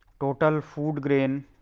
total food grain